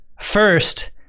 first